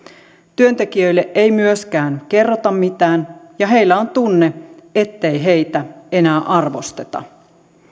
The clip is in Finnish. työntekijöille ei myöskään kerrota mitään ja heillä on tunne ettei heitä enää arvosteta